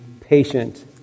patient